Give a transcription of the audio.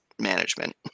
management